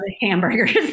hamburgers